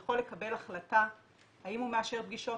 יכול לקבל החלטה האם הוא מאשר פגישות,